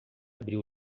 abrir